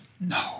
No